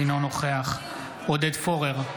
אינו נוכח עודד פורר,